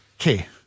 Okay